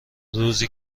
روزی